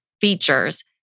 features